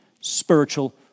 spiritual